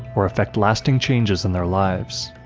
or effect lasting changes in their lives.